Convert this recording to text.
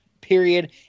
Period